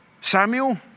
Samuel